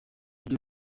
byo